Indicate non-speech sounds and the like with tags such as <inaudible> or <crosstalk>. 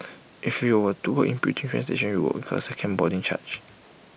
if you were to walk <unintelligible> you would incur A second boarding charge